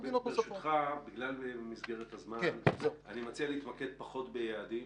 בגלל מסגרת הזמן אני מציע פחות להתמקד ביעדים.